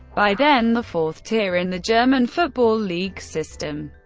by then the fourth tier in the german football league system.